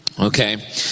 okay